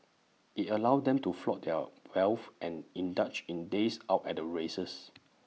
IT allowed them to flaunt their wealth and indulge in days out at the races